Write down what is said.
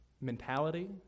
mentality